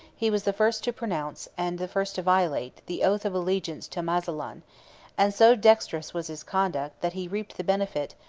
he was the first to pronounce, and the first to violate, the oath of allegiance to muzalon and so dexterous was his conduct, that he reaped the benefit,